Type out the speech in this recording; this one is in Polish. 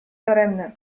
daremne